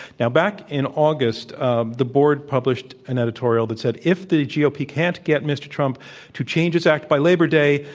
now, back in august, um the board published an editorial that said, if the gop can't get mr. trump to change its act by labor day,